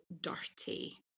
dirty